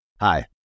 Hi